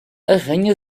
arranha